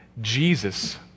Jesus